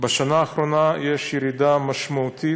בשנה האחרונה יש ירידה משמעותית,